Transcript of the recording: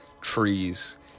trees